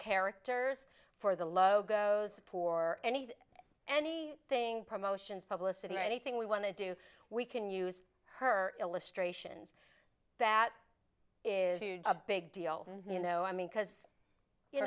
characters for the logos poor anything any thing promotions published and anything we want to do we can use her illustrations that is a big deal you know i mean because you